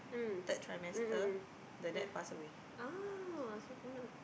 mm mm mm mm ah oh so for now